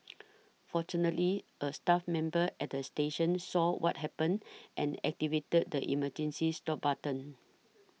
fortunately a staff member at the station saw what happened and activated the emergency stop button